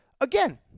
again